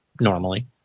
normally